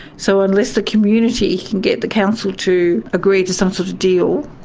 so unless the community can get the council to agree to some sort of deal,